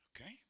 Okay